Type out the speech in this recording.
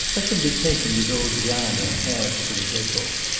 let them be taken with old jeanne in cabs to the depot.